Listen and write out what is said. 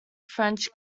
french